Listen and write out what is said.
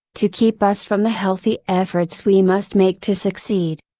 to keep us from the healthy efforts we must make to succeed.